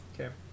Okay